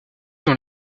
dans